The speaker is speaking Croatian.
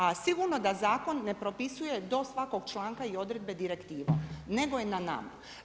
A sigurno da zakon ne propisuje do svakog članka i odredbe direktiva nego je na nama.